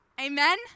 Amen